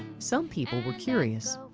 some people were curious.